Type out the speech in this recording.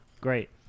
great